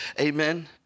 Amen